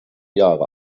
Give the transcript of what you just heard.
jahre